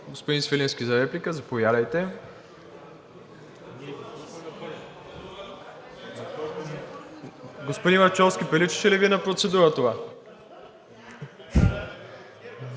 Господин Свиленски – за реплика. Заповядайте. Господин Лачовски, приличаше ли Ви на процедура това?